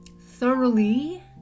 thoroughly